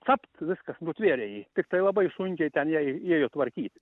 capt viskas nutvėrė jį tiktai labai sunkiai ten jai ėjo tvarkyt